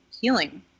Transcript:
healing